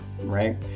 right